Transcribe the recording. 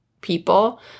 people